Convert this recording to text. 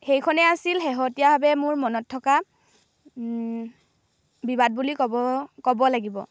সেইখনেই আছিল শেহতীয়াভাৱে মোৰ মনত থকা বিবাদ বুলি ক'ব ক'ব লাগিব